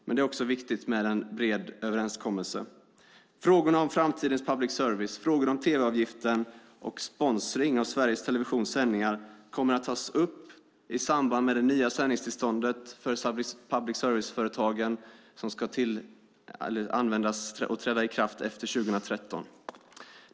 Men det är också viktigt med en bred överenskommelse. Frågorna om framtidens public service, om tv-avgiften och om sponsring av Sveriges Televisions sändningar kommer att tas upp i samband med det nya sändningstillstånd för public service-företagen som ska träda i kraft efter 2013.